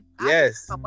Yes